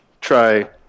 try